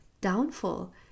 downfall